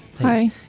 Hi